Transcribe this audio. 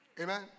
Amen